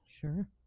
sure